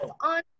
on